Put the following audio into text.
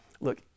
Look